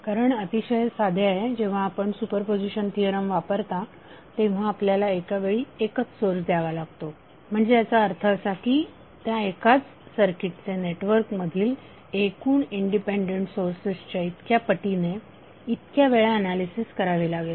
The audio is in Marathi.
कारण अतिशय साधे आहे जेव्हा आपण सुपरपोझिशन थिअरम वापरता तेव्हा आपल्याला एका वेळी एकच सोर्स द्यावा लागतो म्हणजे याचा अर्थ असा की त्या एकाच सर्किटचे नेटवर्क मधील एकूण इंडिपेंडंट सोर्सेसच्या इतक्या पटीने इतक्या वेळा ऍनालिसिस करावे लागेल